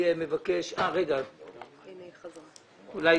לאן הלכה עינת?